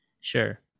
sure